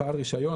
"בעל רישיון",